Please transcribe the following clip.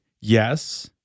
yes